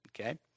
okay